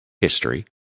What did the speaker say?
history